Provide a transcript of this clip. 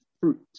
fruit